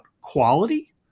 quality